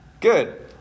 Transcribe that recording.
Good